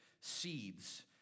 seeds